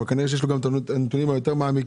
אבל כנראה שיש לו גם את הנתונים היותר מעמיקים,